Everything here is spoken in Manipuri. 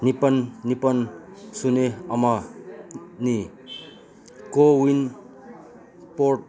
ꯅꯤꯄꯥꯜ ꯅꯤꯄꯥꯜ ꯁꯤꯅꯣ ꯑꯃꯅꯤ ꯀꯣꯋꯤꯟ ꯄꯣꯔꯠ